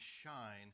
shine